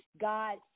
God